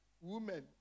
Women